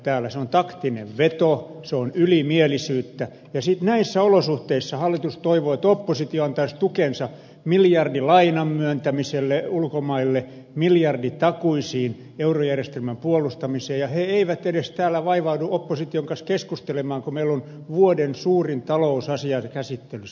se on taktinen veto se on ylimielisyyttä ja sitten näissä olosuhteissa hallitus toivoo että oppositio antaisi tukensa miljardilainan myöntämiselle ulkomaille miljarditakuisiin eurojärjestelmän puolustamiseen ja he eivät edes täällä vaivaudu opposition kanssa keskustelemaan kun meillä on vuoden suurin talousasia käsittelyssä